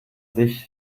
sich